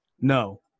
No